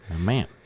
man